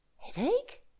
Headache